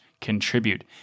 contribute